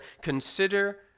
consider